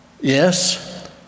yes